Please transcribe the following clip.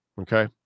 Okay